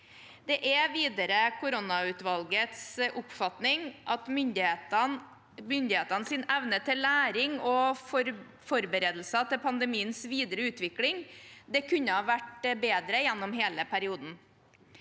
Det er videre koronautvalgets oppfatning at myndighetenes evne til læring og forberedelser til pandemiens videre utvikling kunne vært bedre gjennom hele perioden.